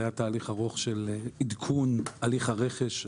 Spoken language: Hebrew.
היה תאריך ארוך של עדכון הליך הרכש.